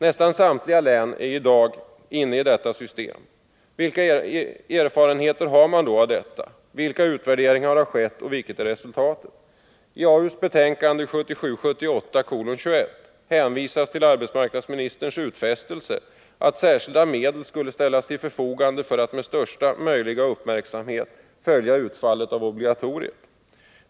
Nästan samtliga län är i dag inne i systemet. Vilka erfarenheter har man då av detta, vilka utvärderingar har skett och vilket är resultatet? I arbetsmarknadsutskottets betänkande 1977/78:21 hänvisas till arbetsmarknadsministerns utfästelse att särskilda medel skulle ställas till förfogande för att man med största möjliga uppmärksamhet skulle kunna följa utfallet av obligatoriet.